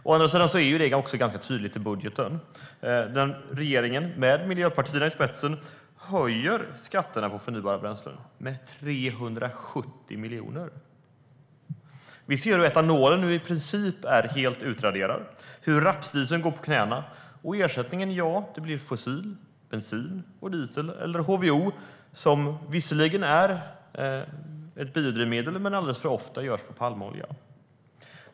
Å andra sidan framgår det också tydligt i budgeten. Regeringen med Miljöpartiet i spetsen höjer skatterna på förnybara bränslen med 370 miljoner. Etanolen är nu i princip helt utraderad. Rapsdieseln går på knäna. Ersättningen blir fossil bensin, diesel eller HVO, som visserligen är ett biodrivmedel men som alldeles för ofta görs av palmolja.